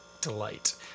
delight